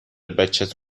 بچت